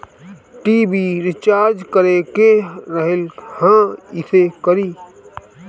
TV recharge करे के रहल ह कइसे करी?